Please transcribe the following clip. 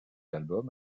album